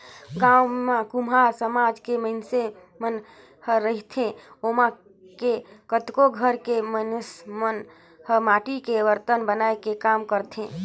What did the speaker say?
गाँव म कुम्हार समाज के मइनसे मन ह रहिथे ओमा के कतको घर के मइनस मन ह माटी के बरतन बनाए के काम करथे